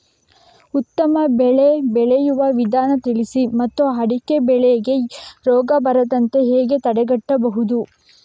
ಉತ್ತಮ ಬೆಳೆ ಬೆಳೆಯುವ ವಿಧಾನ ತಿಳಿಸಿ ಮತ್ತು ಅಡಿಕೆ ಬೆಳೆಗೆ ರೋಗ ಬರದಂತೆ ಹೇಗೆ ತಡೆಗಟ್ಟಬಹುದು?